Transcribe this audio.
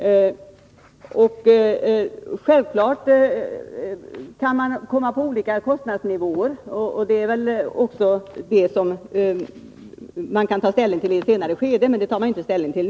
Självfallet kan man hamna på olika kostnadsnivåer, men det är också Nr 156 någonting som man kan ta ställning till i ett senare skede. Det tar man inte